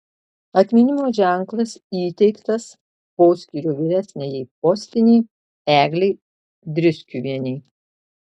atminimo ženklas įteiktas poskyrio vyresniajai postinei eglei driskiuvienei